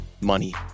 money